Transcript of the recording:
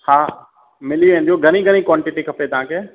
हा मिली वेंदियूं घणी घणी क्वॉंटिटी खपे तव्हांखे